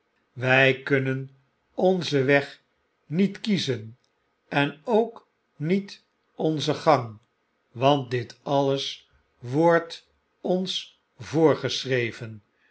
wy kunnen onzen weg niet kiezen en ook niet onzen gang want dit alles wordt ons voorgeschreven